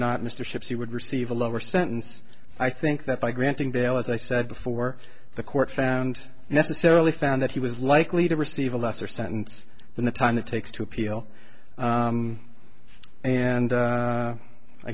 not mr ships he would receive a lower sentence i think that by granting bail as i said before the court found necessarily found that he was likely to receive a lesser sentence than the time it takes to appeal and